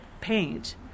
paint